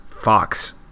Fox